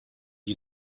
you